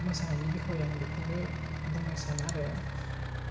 मोसानायनि बिखय आं बेखौनो बुंनो सानो आरो